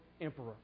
Emperor